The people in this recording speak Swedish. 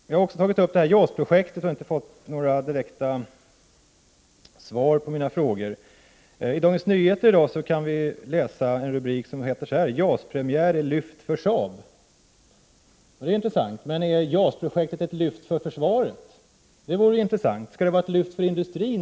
Jag tog upp JAS-projektet, men fick inte några direkta svar på mina frågor. I Dagens Nyheter i dag kan vi läsa en rubrik som heter ”Jas-premiär lyft för Saab”. Det var intressant. Är det viktiga att det skall vara ett lyft för industrin?